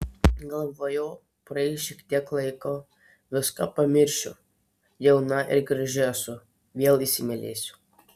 galvojau praeis šiek tiek laiko viską pamiršiu jauna ir graži esu vėl įsimylėsiu